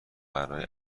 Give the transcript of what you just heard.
برای